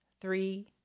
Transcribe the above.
three